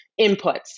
inputs